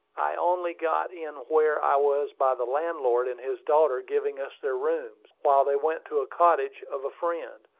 i only got in where i was by the landlord and his daughter giving us their rooms, while they went to a cottage of a friend.